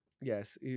Yes